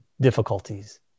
difficulties